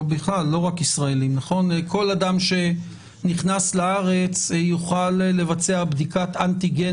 ובכלל כל אדם שנכנס לארץ יוכל לבצע בדיקת אנטיגן